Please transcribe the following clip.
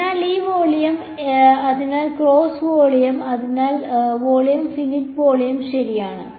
അതിനാൽ ഈ വോള്യം അതിനാൽ ക്ലോസ്ഡ് വോളിയം അതിനാൽ വോളിയം ഫിനിറ്റ് വോളിയം ശരിയാണ്